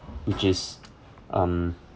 which is um